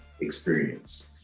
experience